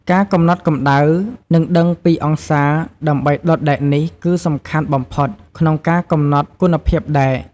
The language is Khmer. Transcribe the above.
ការកំណត់កម្ដៅ និងដឹងពីអង្សារដើម្បីដុតដែកនេះ គឺសំខាន់បំផុតក្នុងការកំណត់គុណភាពដែក។